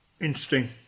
Interesting